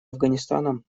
афганистаном